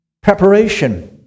preparation